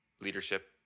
leadership